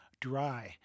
dry